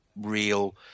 real